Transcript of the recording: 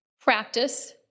practice